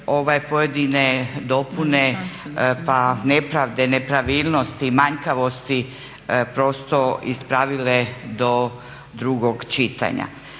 pojedine dopune pa nepravde, nepravilnosti, manjkavosti prosto ispravile do drugog čitanja.